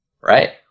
Right